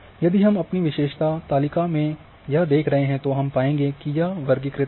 यदि हम अपनी विशेषता तालिका में यह देख रहे हैं तो हम पाएँगे की यह वर्गीकृत है